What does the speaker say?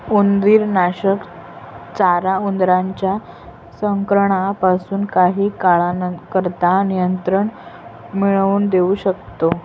उंदीरनाशक चारा उंदरांच्या संक्रमणापासून काही काळाकरता नियंत्रण मिळवून देऊ शकते